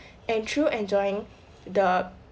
and through enjoying the